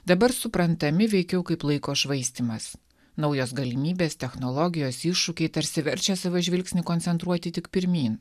dabar suprantami veikiau kaip laiko švaistymas naujos galimybės technologijos iššūkiai tarsi verčia savo žvilgsnį koncentruoti tik pirmyn